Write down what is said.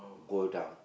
go down